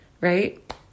right